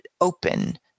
open